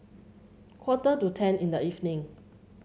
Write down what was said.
quarter to ten in the evening